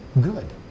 good